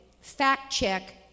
fact-check